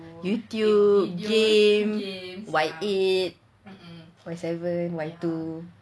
youtube game Y eight Y seven Y two